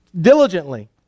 diligently